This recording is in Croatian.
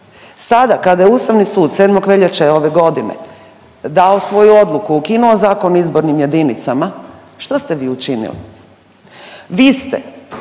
Sada kada je Ustavni sud 7. veljače ove godine dao svoju odluku, ukinuo Zakon o izbornim jedinicama što ste vi učinili? Vi ste